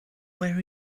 where